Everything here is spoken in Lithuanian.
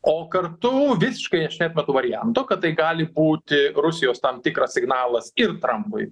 o kartu visiškai aš neatmetu varianto kad tai gali būti rusijos tam tikras signalas ir trampui